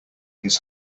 his